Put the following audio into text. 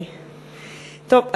טוב,